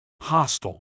hostile